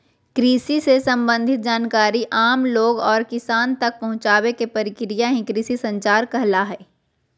कृषि से सम्बंधित जानकारी आम लोग और किसान तक पहुंचावे के प्रक्रिया ही कृषि संचार कहला हय